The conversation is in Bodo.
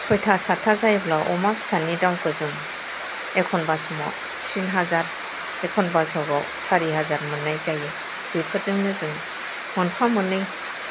सयथा सात्ता जायोब्ला अमा फिसानि दामखौ जों एखनबा समाव टिन हाजार एखनबा समाव सारि हाजार मोननाय जायो बेफोरजोंनो जों मोनफा मोननै